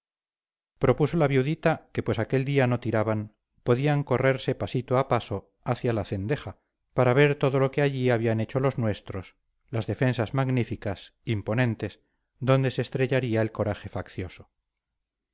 propuso la viudita que pues aquel día no tiraban podían correrse pasito a paso hacia la cendeja para ver todo lo que allí habían hecho los nuestros las defensas magníficas imponentes donde se estrellaría el coraje faccioso